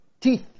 teeth